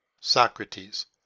Socrates